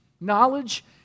Knowledge